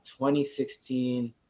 2016